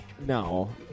No